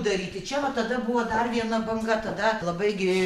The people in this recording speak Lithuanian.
daryti čia va tada buvo dar viena banga tada labai gi